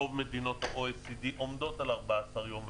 רוב מדינות ה-OECD עומדות על 14 יום,